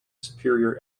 superior